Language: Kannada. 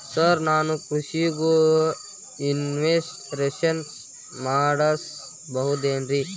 ಸರ್ ನಾನು ಕೃಷಿಗೂ ಇನ್ಶೂರೆನ್ಸ್ ಮಾಡಸಬಹುದೇನ್ರಿ?